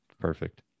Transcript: perfect